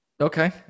Okay